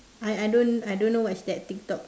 I I I don't I don't know what is that tik tok